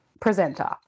presenter